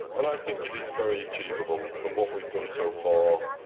and i think it is very achievable from what we've done so far.